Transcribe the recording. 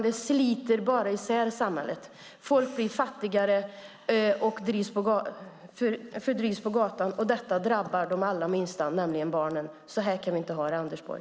Det sliter bara isär samhället. Folk blir fattigare och drivs ut på gatan. Detta drabbar de allra minsta, nämligen barnen. Så här kan vi inte ha det, Anders Borg.